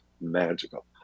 magical